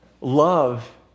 love